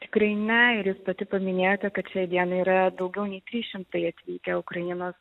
tikrai ne ir jūs pati paminėjote kad šiai dienai yra daugiau nei trys šimtai atvykę ukrainos